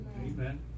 Amen